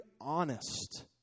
honest